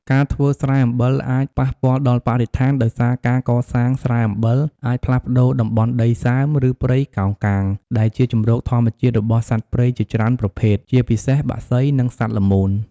ការធ្វើស្រែអំបិលអាចប៉ះពាល់ដល់បរិស្ថាន ដោយសារការកសាងស្រែអំបិលអាចផ្លាស់ប្តូរតំបន់ដីសើម ឬព្រៃកោងកាង ដែលជាជម្រកធម្មជាតិរបស់សត្វព្រៃជាច្រើនប្រភេទ ជាពិសេសបក្សី និងសត្វល្មូន។